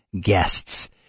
guests